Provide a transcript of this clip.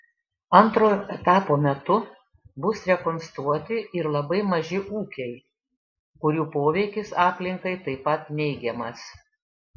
antrojo etapo metu bus rekonstruoti ir labai maži ūkiai kurių poveikis aplinkai taip pat neigiamas